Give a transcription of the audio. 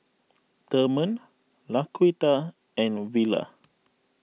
therman Laquita and Willa